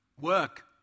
Work